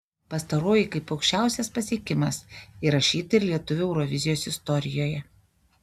pastaroji kaip aukščiausias pasiekimas įrašyta ir lietuvių eurovizijos istorijoje